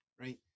right